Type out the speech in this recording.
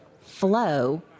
flow